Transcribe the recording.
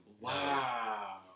Wow